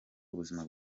ubuzima